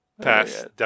Pass